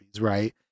Right